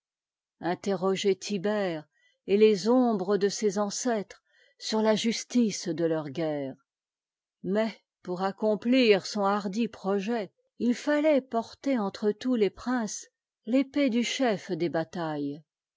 tërroger tibère et les ombres de ses ancêtres sur là justice'de leurs guerres mais pour accomplir son hardi projet il faln lait porter entre tous les princes ëpée du chef dés batailles